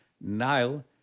Nile